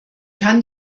kann